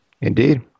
Indeed